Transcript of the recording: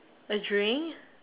a drink